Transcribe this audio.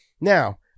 Now